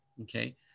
okay